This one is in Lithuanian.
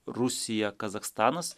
rusija kazachstanas